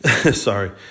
Sorry